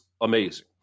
amazing